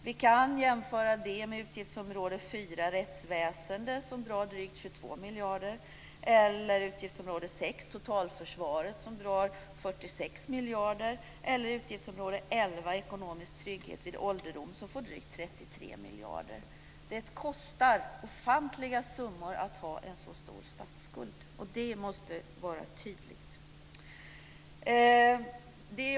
Vi kan jämföra det med utgiftsområde 4 Rättsväsendet som drar drygt 22 miljarder, utgiftsområde 6 Totalförsvaret som drar 46 miljarder eller utgiftsområde 11 Ekonomisk trygghet vid ålderdom som får drygt 33 miljarder. Det kostar ofantliga summor att ha en så stor statsskuld, och det måste vara tydligt.